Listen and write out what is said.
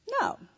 No